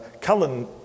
Cullen